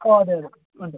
ആ അതെ അതെ വേണ്ട